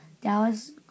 Dallas